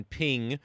ping